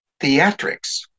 theatrics